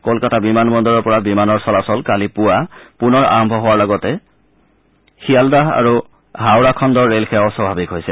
কলকতা বিমান বন্দৰৰ পৰা বিমানৰ চলাচল কালি পুৱা পুনৰ আৰম্ভ হোৱাৰ লগতে লগতে শিয়ালদাহ আৰু হাওৰা খণ্ডৰ ৰেল সেৱাও স্বাভাৱিক হৈছে